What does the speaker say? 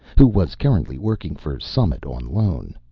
who was currently working for summit on loan.